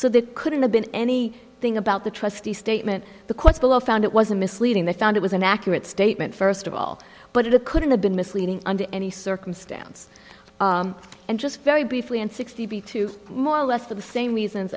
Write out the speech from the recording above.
so that couldn't have been any thing about the trustee statement the quotes below found it was a misleading they found it was an accurate statement first of all but it couldn't have been misleading under any circumstance and just very briefly and sixty two more or less the same reasons